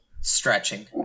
Stretching